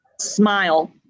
smile